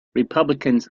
republicans